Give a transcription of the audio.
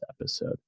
episode